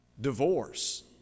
Divorce